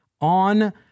on